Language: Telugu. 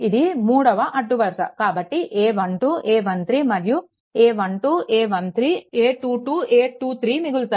ఇది మూడవ అడ్డు వరుస కాబట్టి a12 a13 మరియు a12 a13 a22 a23 మిగులుతాయి